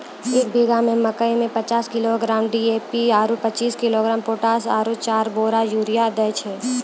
एक बीघा मे मकई मे पचास किलोग्राम डी.ए.पी आरु पचीस किलोग्राम पोटास आरु चार बोरा यूरिया दैय छैय?